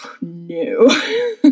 no